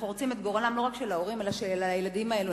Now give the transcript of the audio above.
אנחנו חורצים את גורלם לא רק של ההורים אלא של הילדים האלו.